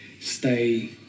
stay